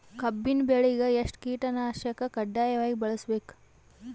ಕಬ್ಬಿನ್ ಬೆಳಿಗ ಎಷ್ಟ ಕೀಟನಾಶಕ ಕಡ್ಡಾಯವಾಗಿ ಬಳಸಬೇಕು?